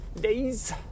days